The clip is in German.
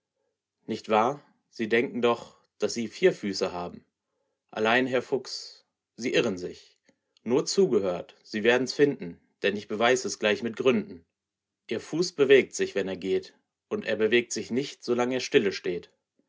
nicht wahr sie denken doch daß sie vier füße haben allein herr fuchs sie irren sich nur zugehört sie werdens finden denn ich beweis es gleich mit gründen ihr fuß bewegt sich wenn er geht und er bewegt sich nicht solang er stillesteht